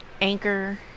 Anchor